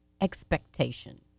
expectation